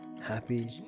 Happy